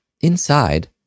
Inside